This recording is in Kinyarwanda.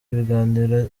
ibiganiro